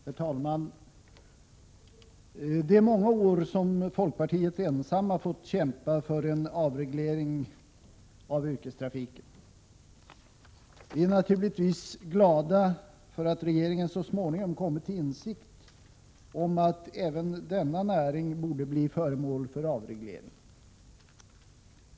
Herr talman! Det är många år som folkpartiet ensamt fått kämpa för en avreglering av yrkestrafiken. Vi är naturligtvis glada för att regeringen så småningom kommit till insikt om att även denna näring borde bli föremål för avreglering.